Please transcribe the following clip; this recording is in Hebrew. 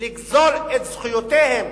לגזול את זכויותיהם